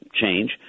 change